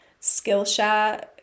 Skillshare